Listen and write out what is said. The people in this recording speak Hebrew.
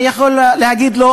אני יכול להגיד לו: